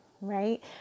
right